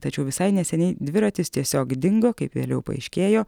tačiau visai neseniai dviratis tiesiog dingo kaip vėliau paaiškėjo